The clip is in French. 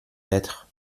mètres